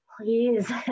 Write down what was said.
please